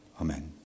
Amen